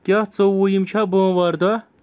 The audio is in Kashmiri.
کیٛاھ ژوٚوُہِم چھا بوٚموارِ دۄہ